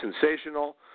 sensational